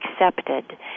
accepted